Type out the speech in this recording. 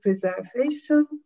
preservation